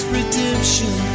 redemption